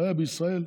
הבעיה בישראל,